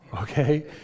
okay